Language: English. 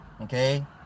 Okay